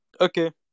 okay